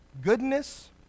Goodness